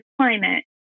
climate